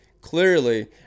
clearly